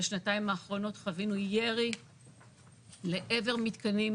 בשנתיים האחרונות חווינו ירי לעבר מתקנים,